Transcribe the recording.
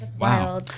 Wow